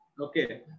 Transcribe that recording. okay